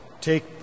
Take